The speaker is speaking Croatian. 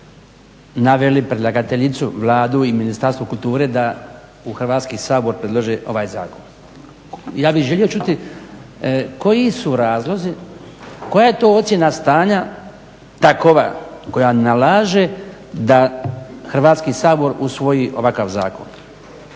naveli predlagateljicu Vladu i Ministarstvo kulture da u Hrvatski sabor predlože ovaj zakon? Ja bih želio čuti koji su razlozi, koja je to ocjena stanja takova koja nalaže da Hrvatski sabor usvoji ovakav zakon?